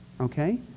okay